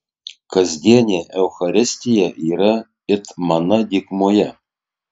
kasdienė eucharistija yra it mana dykumoje